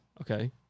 Okay